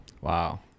Wow